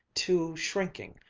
too shrinking,